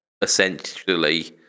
essentially